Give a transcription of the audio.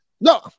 No